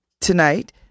tonight